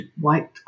white